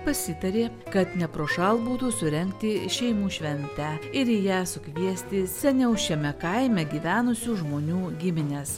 pasitarė kad neprošal būtų surengti šeimų šventę ir į ją sukviesti seniau šiame kaime gyvenusių žmonių gimines